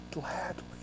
gladly